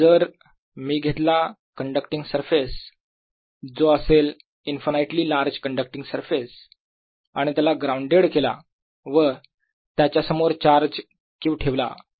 जर मी घेतला कण्डक्टींग सरफेस जो असेल इन्फायनाइटली लार्ज कण्डक्टींग सरफेस आणि त्याला ग्राउंडेड केला व त्याच्यासमोर चार्ज Q ठेवला